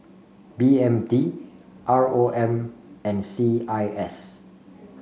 B M T R O M and C I S